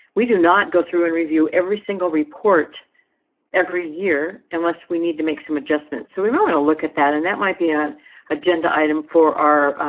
we do not go through and review every single report every year, and less we need to make some adjustments. so we might want to look at that. and that might be an agenda item for our.